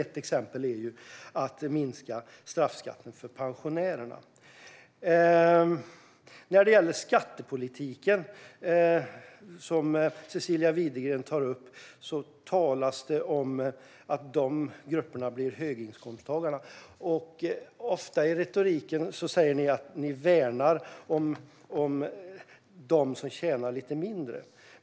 Ett exempel är att minska straffskatten för pensionärerna. När det gäller skattepolitiken, som Cecilia Widegren tar upp, talas det om att de grupperna blir höginkomsttagare. Ofta i retoriken säger ni att ni värnar om dem som tjänar lite mindre.